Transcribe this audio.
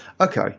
Okay